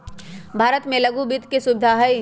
भारत में लघु वित्त के सुविधा हई